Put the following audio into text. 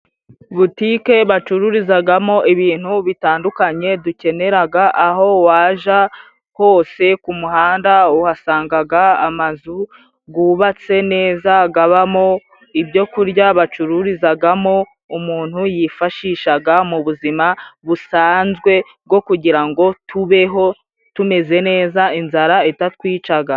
Butike bacururizagamo ibintu bitandukanye， dukeneraga aho waja hose， ku muhanda uhasangaga amazu gubatse neza gabamo ibyo kurya bacururizagamo， umuntu yifashishaga mu buzima busanzwe bwo kugira ngo tubeho tumeze neza inzara itatwicaga.